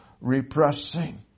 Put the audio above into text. repressing